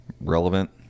relevant